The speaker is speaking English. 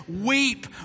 weep